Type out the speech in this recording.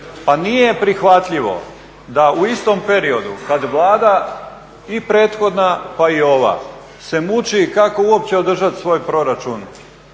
Pa nije prihvatljivo da u istom periodu da Vlada i prethodna pa i ova se muči kako uopće održati svoj proračun